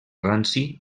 ranci